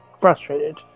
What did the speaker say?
frustrated